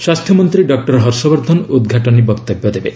ସ୍ୱାସ୍ଥ୍ୟ ମନ୍ତ୍ରୀ ଡକ୍ଟର ହର୍ଷବର୍ଦ୍ଧନ ଉଦ୍ଘାଟନୀ ବକ୍ତବ୍ୟ ଦେବେ